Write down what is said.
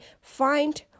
find